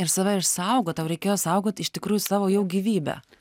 ir save išsaugot tau reikėjo saugot iš tikrųjų savo jau gyvybę